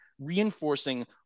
reinforcing